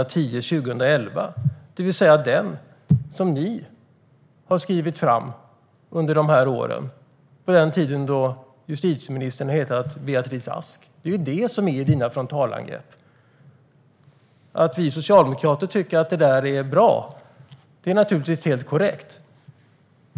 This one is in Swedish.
Det är alltså något som ni har skrivit fram under den tid då justitieministern hette Beatrice Ask. Det är det som dina frontalangrepp riktar sig mot, Carl-Oskar Bohlin. Att vi socialdemokrater tycker att det där är bra är naturligtvis helt korrekt.